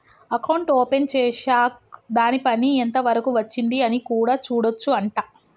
account open చేశాక్ దాని పని ఎంత వరకు వచ్చింది అని కూడా చూడొచ్చు అంట